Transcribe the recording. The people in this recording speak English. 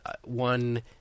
one